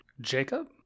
Jacob